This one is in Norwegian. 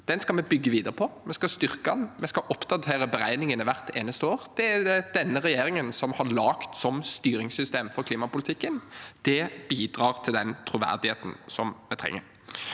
Den skal vi bygge videre på, vi skal styrke den, og vi skal oppdatere beregningene hvert eneste år. Det er det denne regjeringen har laget som styringssystem for klimapolitikken, og det bidrar til den troverdigheten vi trenger.